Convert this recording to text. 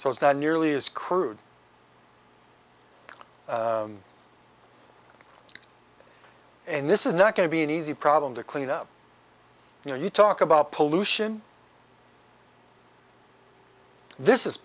so it's not nearly as crude and this is not going to be an easy problem to clean up you know you talk about pollution this is